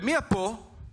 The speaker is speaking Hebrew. ומי פה הלבנים?